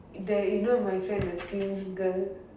that you know my friend the thin girl